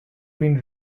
been